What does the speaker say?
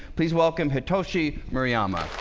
please welcome hitoshi murray amma